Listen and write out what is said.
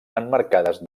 emmarcades